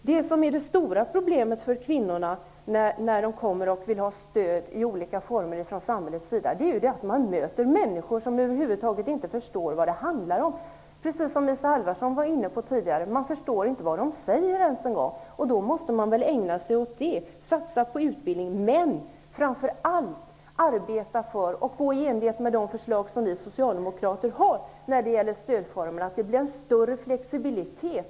Det stora problemet för kvinnorna när de vill ha stöd i olika former från samhällets sida är att de möter människor som över huvud taget inte förstår vad det handlar om. Eller som Isa Halvarsson tidigare var inne på: Man förstår inte ens vad de säger. Då måste man väl sätta in åtgärder i det sammanhanget, dvs. satsa på utbildning och framför allt, i enlighet med de förslag beträffande stödformerna som vi socialdemokrater har, se till att det blir en större flexibilitet.